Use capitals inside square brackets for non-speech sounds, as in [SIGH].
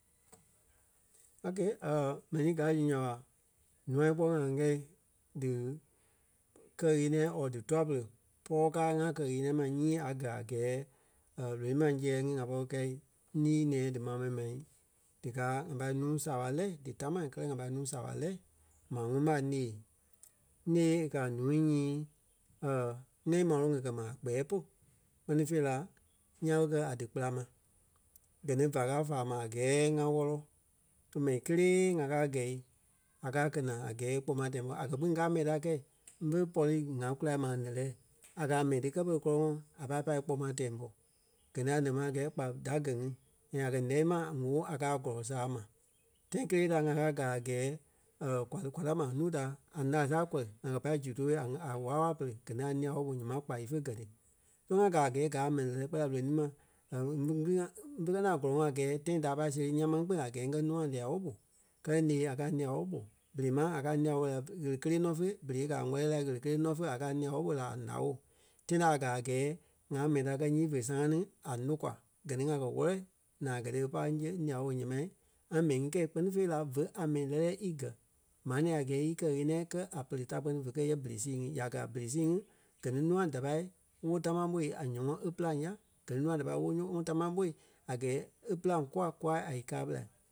Okay [HESITATION] M̀ɛnii káa zu nya ɓa nûa kpɔ́ ŋá ŋ́gɛi dí kɛ ɣeniɛi or dí tûa-pere pɔɔ káa ŋa kɛ ɣeniɛi ma nyii a gɛ́ a gɛɛ [HESITATION] lonii ma ńzee ŋí ŋa pɔri kɛi lìi nɛ̃ɛ dímaa mɛni ma díkaa ŋa pâi nuu saaɓa lɛ́ dí támaa kɛlɛ ŋa pâi nuu saaɓa lɛ́ maa ŋuŋ ɓa ńee. Née e kɛ̀ a nuu nyii [HESITATION] ŋ́ɛi máloŋ e kɛ́ ma a kpɛɛ pôlu kpɛ́ni fêi la ńyãa ɓé kɛ́ a dí kpera ma. Gɛ ni vá káa fáa ma a gɛɛ ŋá wɔ̂lɔ. Mɛnii kélee ŋá káa gɛ́i a kaa kɛ̀ naa a gɛɛ e kpoma tɛɛ ḿbɔ a kɛ̀ kpîŋ ŋ́gaa mɛni kɛ̂i ḿve pɔri ŋaa kula ma a ǹɛ́lɛɛ a kaa mɛni ti kɛ́ pere kɔ́lɔŋɔɔ a pai pâi e kpoma tɛɛ ḿbɔ. Gɛ ni a lɛ́ ma a gɛɛ kpa da gɛ ŋí and a kɛ̀ lɛ́ ma ŋ̀óo a kɛ́ a kɔlɔ saa ma. Tãi kelee ta ŋa káa gaa a gɛɛ [HESITATION] kwa lí kwaa ta ma núu da a ńaa saa kɔri ŋa kɛ́ pâi zu tóo a- a- wála-wala pere gɛ ni a lîa-woo ɓo ǹyɛɛ ma kpa ífe gɛ́ ti. So ŋa gaa a gɛɛ gáa a mɛni lɛ́lɛɛ kpɛɛ la lonii ma [UNINTELLIGIBLE] ŋili-ŋa ḿve kɛ ni a gɔ́lɔŋɔɔ a gɛɛ tãi da a pai séri ńyãa máŋ kpîŋ a gɛɛ ŋá nûa lîa-woo ɓó kɛlɛ ńee a káa lîa woo ɓo. Berei máŋ a káa lìa woo ɓo la ɣele kélee nɔ féi berei e kɛ̀ a ŋwɛ̂lii la ɣele kélee nɔ féi a káa lìa woo ɓo la a ǹá woo. Tãi ta a gaa a gɛɛ ŋa mɛni ta kɛ́ nyii fé sã́a ní a nòkwa, gɛ ni ŋá kɛ́ wɔlɛ naa a kɛ̀ ti e pai e ŋ́îɣe e lîa woo ɓo ǹyɛɛ mai, ŋa mɛni ŋí kɛi kpɛ́ni fêi la vé a mɛni í gɛ́. Maa nɛ̃ɛ a gɛɛ í kɛ ɣeniɛi kɛ́ a pere da kpɛni ve kɛ yɛ berei sii ŋí. Ya gaa a berei sii ŋí, gɛ ni nûa da pâi woo tamaa môi a nyɔmɔɔ e pîlaŋ ya. Gɛ ni nûa da pâi woo nyɔmɔɔ tamaa ɓoi a gɛɛ e pîlaŋ kûa kûai a í káa ɓelai.